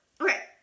okay